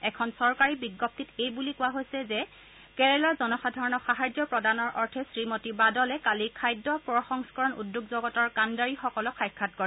এখন চৰকাৰী বিজ্ঞপ্তিত এইবুলি কোৱা হৈছে যে কেৰালাৰ জনসাধাৰণক সাহায্য প্ৰদানৰ অৰ্থে শ্ৰীমতী বাদলে কালি খাদ্য প্ৰসংস্কৰণ উদ্যোগ জগতৰ কাণ্ডাৰীসকলক সাক্ষাৎ কৰে